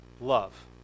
Love